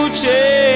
change